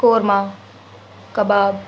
korma کباب